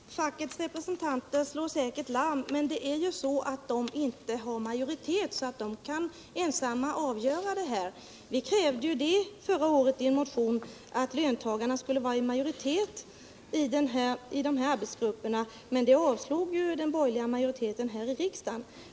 Herr talman! Fackets representanter slår säkert larm, men de är inte i majoritet och kan alltså inte ensamma avgöra frågan. Vi krävde i en motion förra året att löntagarna skulle vara i majoritet i arbetsgrupperna, men det förslaget avslog den borgerliga majoriteten i riksdagen.